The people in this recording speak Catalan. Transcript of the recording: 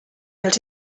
els